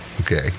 Okay